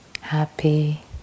happy